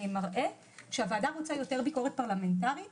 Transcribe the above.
מראה שהוועדה רוצה יותר ביקורת פרלמנטרית